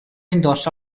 indossa